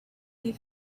you